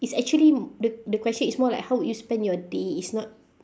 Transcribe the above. it's actually m~ the the question is more like how would you spend your day it's not